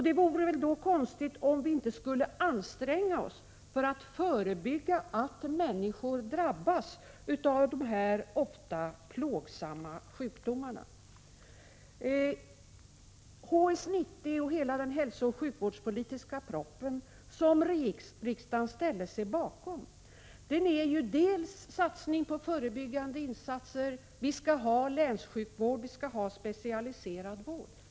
Det vore väl då konstigt om vi inte skulle anstränga oss för att förebygga att människor drabbas av dessa ofta plågsamma sjukdomar. HS 90 och hela den hälsooch sjukvårdspolitiska propositionen, som riksdagen ställt sig bakom, innebär ju en satsning på förebyggande insatser. Vi skall ha länssjukvård, och vi skall ha specialistvård.